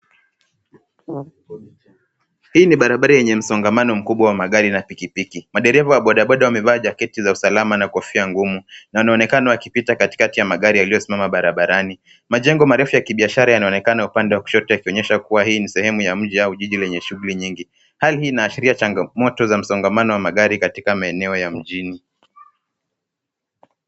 Hii ni barabara yenye msongamano wa magari na pikipiki. Madereva wa boda boda wamevaa jaketi za usalama na ngumu na wanaonekana wakipita katikati ya magari yaliyosimama barabarani. Majengo marefu ya kibiashara yanaonekana upande wa kushoto yakionyesha kuwa hii ni ya mji au jiji yenye shughuli nyingi. Hali hii inaashiria changa moto za msongamano wa magari katika maeneo ya mjini.